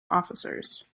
officers